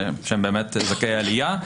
שהם באמת זכאי עלייה,